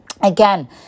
Again